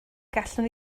gallwn